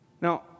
Now